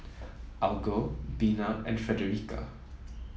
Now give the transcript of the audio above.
Algot Bina and Fredericka